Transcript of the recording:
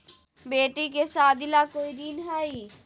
बेटी के सादी ला कोई ऋण हई?